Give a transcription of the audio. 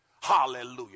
Hallelujah